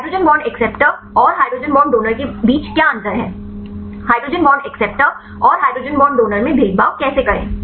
hydrogen bond acceptor और hydrogen bond donor के बीच क्या अंतर है हाइड्रोजन बॉन्ड एक्सेप्टर और हाइड्रोजन बॉन्ड डोनर में भेदभाव कैसे करें